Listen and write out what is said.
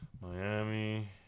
Miami